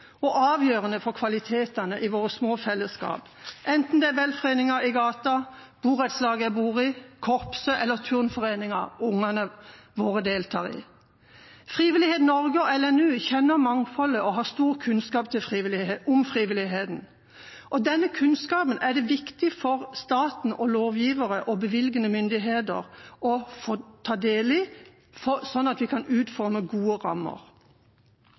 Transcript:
og avgjørende for kvaliteten i våre små fellesskap, enten det er velforeningen i gata, borettslaget jeg bor i, korpset eller turnforeningen ungene våre deltar i. Frivillighet Norge og LNU kjenner mangfoldet og har stor kunnskap om frivilligheten. Denne kunnskapen er det viktig for staten, lovgivere og bevilgende myndigheter å få ta del i, sånn at vi kan utforme gode rammer.